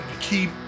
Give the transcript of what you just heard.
Keep